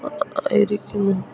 ആയിരിക്കുന്നു